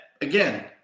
Again